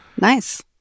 Nice